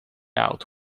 out